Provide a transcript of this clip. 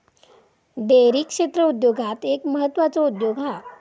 dairy क्षेत्र उद्योगांत एक म्हत्त्वाचो उद्योग हा